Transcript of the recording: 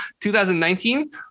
2019